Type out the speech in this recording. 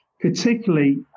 particularly